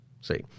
See